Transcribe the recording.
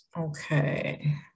Okay